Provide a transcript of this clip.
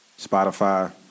Spotify